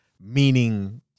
meaning